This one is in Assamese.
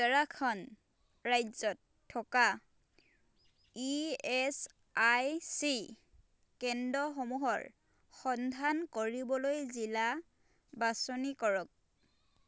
উত্তৰাখণ্ড ৰাজ্যত থকা ই এছ আই চি কেন্দ্ৰসমূহৰ সন্ধান কৰিবলৈ জিলা বাছনি কৰক